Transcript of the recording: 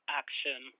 action